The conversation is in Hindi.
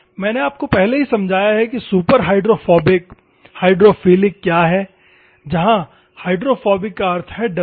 मैंने आपको पहले ही समझाया है कि सुपरहाइड्रोफोबिक हाइड्रोफिलिक क्या है जहां हाइड्रोफोबिक का अर्थ है डरना